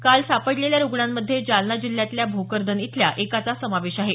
काल सापडलेल्या रुग्णांमध्ये जालना जिल्ह्यातल्या भोकरदन इथल्या एकाचा समावेश आहे